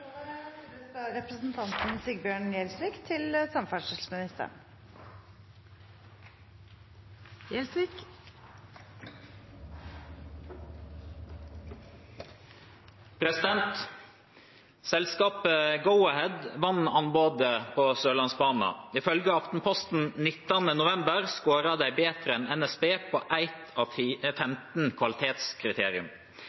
vann anbodet på Sørlandsbana. Ifylgje Aftenposten 19. november scora dei betre enn NSB på eitt av